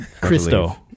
Christo